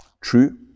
true